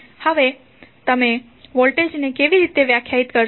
હવે તમે વોલ્ટેજને કેવી રીતે વ્યાખ્યાયિત કરશો